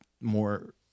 more